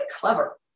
clever